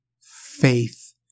faith